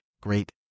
great